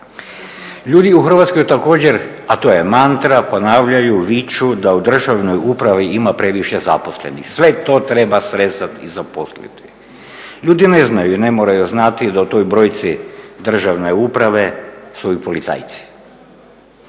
Ljudi u Hrvatskoj također, a to je mantra, ponavljaju viču da u državnoj upravi ima previše zaposlenih. Sve to treba srezati i zaposliti. Ljudi ne znaju, ne moraju znati da u toj brojci državne uprave su i policajci.